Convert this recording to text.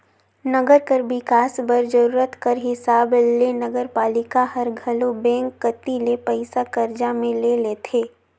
नंगर कर बिकास बर जरूरत कर हिसाब ले नगरपालिका हर घलो बेंक कती ले पइसा करजा में ले लेथे